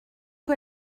que